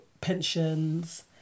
pensions